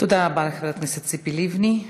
תודה רבה לחברת הכנסת ציפי לבני.